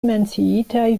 menciitaj